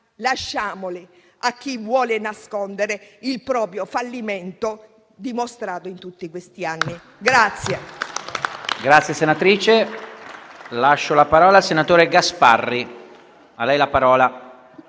lasciamole a chi vuole nascondere il proprio fallimento dimostrato in tutti questi anni.